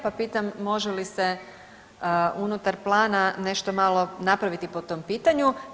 Pa pitam može li se unutar plana nešto malo napraviti po tom pitanju.